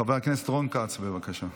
חבר הכנסת רון כץ, בבקשה.